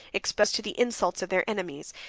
exposed to the insults of their enemies,